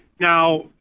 Now